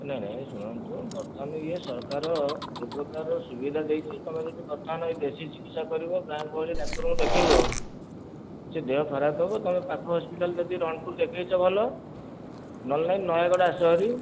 ନାଇଁ ନାଇଁ ଶୁଣନ୍ତୁ ବର୍ତ୍ତମାନ ଇଏ ସରକାର ଯେଉଁପ୍ରକାର ସୁବିଧା ଦେଇଛି ତମେ ଯଦି କଥା ନହୋଇକି ଦେଶୀ ଚିକିତ୍ସା କରିବ ତାପରେ ଡାକ୍ତରଙ୍କୁ ଦେଖେଇବ ସେ ଦେହ ଖରାପ ହେବ ତାପରେ ପାଖ ହସ୍ପିଟାଲରେ ଯଦି ରଣପୁର ଦେଖେଇଛ ଭଲ ନହେଲେ ନାଇଁ ନୟାଗଡ଼ ଆସ ହେରି